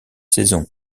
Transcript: saison